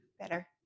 better